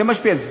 זה משפיע.